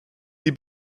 sie